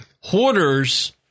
Hoarders